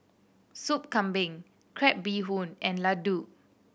Sup Kambing crab bee hoon and laddu